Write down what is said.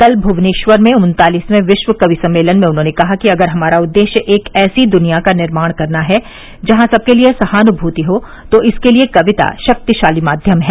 कल भुवनेश्वर में उन्तालिसवें विश्व कवि सम्मेलन में उन्होंने कहा कि अगर हमारा उद्देश्य एक ऐसी दुनिया का निर्माण करना है जहां सबके लिए सहानुमूति हो तो इसके लिए कविता शक्तिशाली माध्यम है